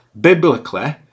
biblically